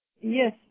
Yes